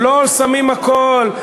עכשיו אתם שמים הכול על בנק ישראל?